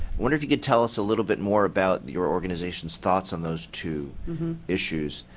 wonder if you could tell us a little bit more about your organizations thoughts on those two issues.